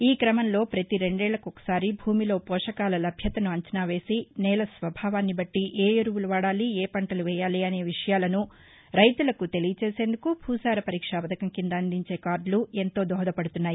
ఈ క్రమంలో పతి రెండేళ్ళ కొకసారి భూమిలో పోషకాల లభ్యతను అంచనావేసి నేల స్వభావాన్ని బట్లి ఏ ఎరువులు వాడాలి ఏ పంటలు వేయాలి అన్న విషయాలను రైతులకు తెలియజేసేందుకు భూసార పరీక్ష పథకం కింద అందించే కార్గులు వారికి ఎంతో దోహదపడుతున్నాయి